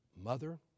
mother